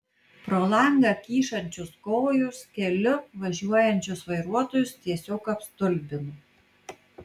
pro langą kyšančios kojos keliu važiuojančius vairuotojus tiesiog apstulbino